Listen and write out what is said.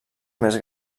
més